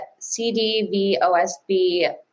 CDVOSB